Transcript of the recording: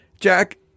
Jack